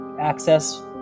access